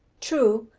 true,